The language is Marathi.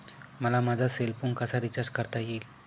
मला माझा सेल फोन कसा रिचार्ज करता येईल?